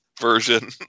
version